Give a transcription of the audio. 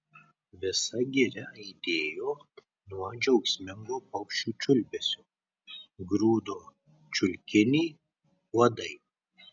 visa giria aidėjo nuo džiaugsmingo paukščių čiulbesio grūdo čiulkinį uodai